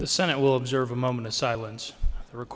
the senate will observe a moment of silence th